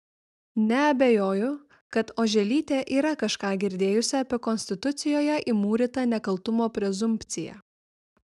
neabejoju kad oželytė yra kažką girdėjusi apie konstitucijoje įmūrytą nekaltumo prezumpciją